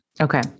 Okay